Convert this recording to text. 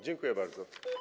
Dziękuję bardzo.